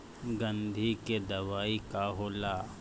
गंधी के दवाई का होला?